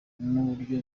n’uburyo